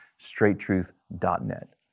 straighttruth.net